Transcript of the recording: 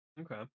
okay